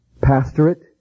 pastorate